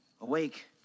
awake